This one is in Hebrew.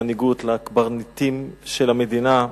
למנהיגות, לקברניטים של המדינה,